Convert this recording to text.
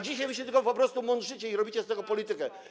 Dzisiaj się tylko po prostu mądrzycie i robicie z tego politykę.